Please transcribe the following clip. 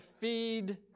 feed